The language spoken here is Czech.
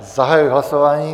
Zahajuji hlasování.